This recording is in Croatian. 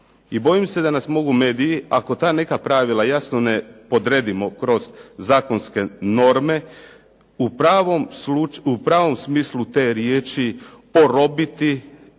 I bojim se da nas mogu mediji, ako ta neka pravila jasno ne podredimo kroz zakonske norme, u pravnom smislu te riječi porobiti